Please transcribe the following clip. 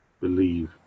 believe